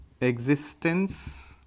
existence